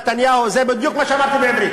נתניהו היה נשאר,